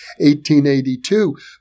1882